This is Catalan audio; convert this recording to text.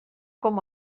com